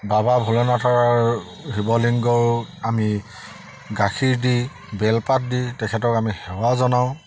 বাবা ভোলেনাথৰ শিৱলিংগ আমি গাখীৰ দি বেলপাত দি তেখেতক আমি সেৱা জনাওঁ